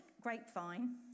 Grapevine